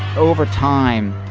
over time,